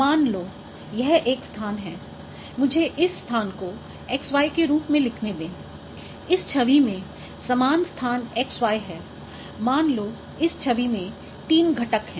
मान लो यह एक स्थान है मुझे इस स्थान को xy के रूप में लिखने दें इस छवि में समान स्थान xy हैमान लो इस छवि में तीन घटक हैं